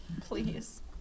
Please